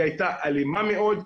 היא היתה אלימה מאוד.